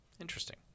Interesting